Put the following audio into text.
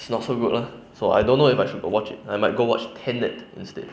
is not so good lah so I don't know if I should go watch it I might go watch tenet instead